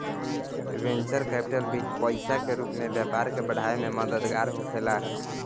venture capital बीज पईसा के रूप में व्यापार के बढ़ावे में मददगार होखेला